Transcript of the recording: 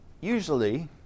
usually